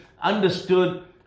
understood